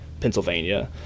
Pennsylvania